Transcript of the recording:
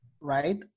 right